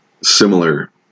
similar